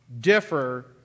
differ